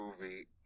movie